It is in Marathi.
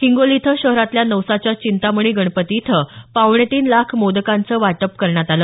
हिंगोली इथं शहरातल्या नवसाच्या चिंतामणी गणपती इथं पावणेतीन लाख मोदकांचं वाटप करण्यात आलं